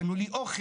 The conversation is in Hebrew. קנו לי אוכל.